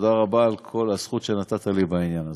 תודה רבה על כל הזכות שנתת לי בעניין הזה.